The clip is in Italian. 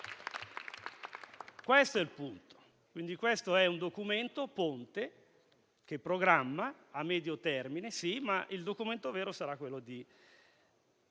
Questo è il punto. Questo è un documento ponte, che programma a medio termine, sì, ma il documento vero sarà quello di